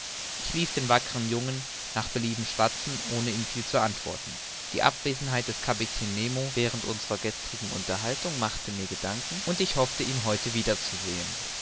ich ließ den wackern jungen nach belieben schwatzen ohne ihm viel zu antworten die abwesenheit des kapitän nemo während unserer gestrigen unterhaltung machte mir gedanken und ich hoffte ihn heute wieder